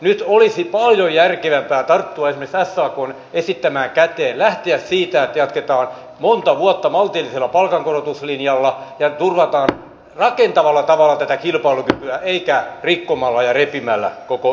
nyt olisi paljon järkevämpää tarttua esimerkiksi sakn esittämään käteen lähteä siitä että jatketaan monta vuotta maltillisella palkankorotuslinjalla ja turvataan rakentavalla tavalla tätä kilpailukykyä eikä rikkomalla ja repimällä koko sopimusyhteiskuntaa